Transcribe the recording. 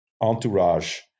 entourage